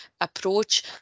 approach